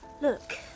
Look